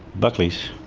buckley's.